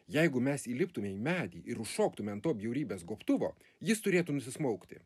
jeigu mes įliptume į medį ir užšoktume ant to bjaurybės gobtuvo jis turėtų nusismaukti